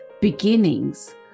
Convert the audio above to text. Beginnings